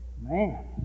Man